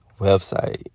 website